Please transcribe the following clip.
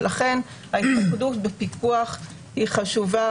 לכן ההתמקדות בפענוח היא חשובה